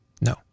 no